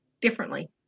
differently